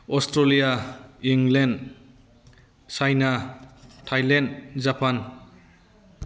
Australia England China Thailand Japan